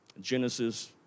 Genesis